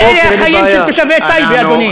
אבל אלה החיים של תושבי טייבה, אדוני.